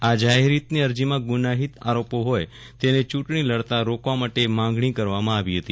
આ જાહેરહીતની અરજીમાં ગુનાઇત આરોપો હોય તેને ચૂંટણી લડતા રોકવા માટે માગણી કરવામાં આવી હતી